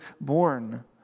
born